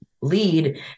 lead